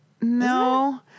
No